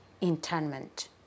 internment